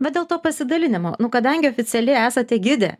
bet dėl to pasidalinimo nu kadangi oficialiai esate gidė